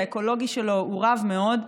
האקולוגי שלו הוא רב מאוד.